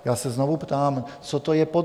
Já se znovu ptám, co to je, podnět?